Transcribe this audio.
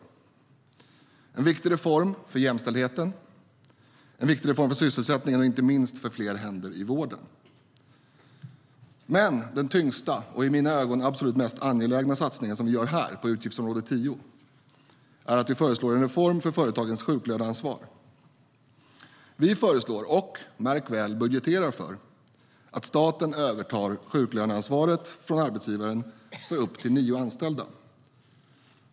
Det är en viktig reform för jämställdheten, för sysselsättningen och inte minst för fler händer i vården. Men den tyngsta och i mina ögon absolut mest angelägna satsning som vi gör här, på utgiftsområde 10, är att vi föreslår en reform för företagens sjuklöneansvar. Vi föreslår och - märk väl - budgeterar för att staten övertar sjuklöneansvaret från arbetsgivaren för upp till nio anställda.